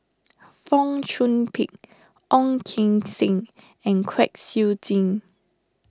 Fong Chong Pik Ong Keng Sen and Kwek Siew Jin